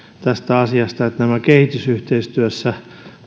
tästä asiasta että näiden kehitysyhteistyössä